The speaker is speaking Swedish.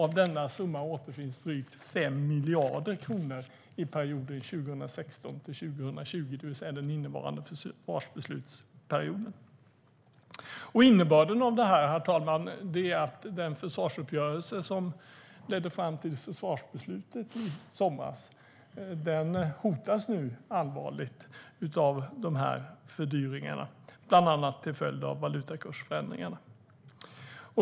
Av denna summa återfinns drygt 5 miljarder i perioden 2016-2020", det vill säga den innevarande försvarsbeslutsperioden. Innebörden av detta är alltså att den försvarsuppgörelse som ledde fram till försvarsbeslutet i somras nu hotas allvarligt av dessa fördyringar, bland annat till följd av valutakursförändringarna.